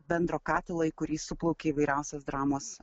bendro katilo į kurį suplaukė įvairiausios dramos